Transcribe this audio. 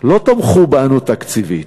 לא תמכו בנו תקציבית.